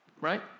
Right